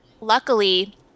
luckily